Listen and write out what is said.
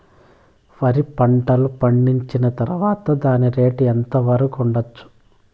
వరి పంటలు పండించిన తర్వాత దాని రేటు ఎంత వరకు ఉండచ్చు